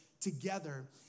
together